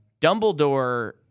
Dumbledore